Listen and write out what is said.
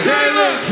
Taylor